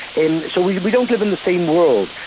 and so we we don't live in the same world.